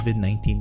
COVID-19